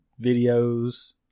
videos